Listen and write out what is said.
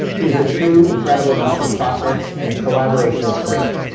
these are two incredible not-for-profits, and the collaboration is great.